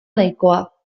nahikoa